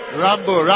Rambo